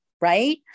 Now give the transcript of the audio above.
Right